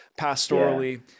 pastorally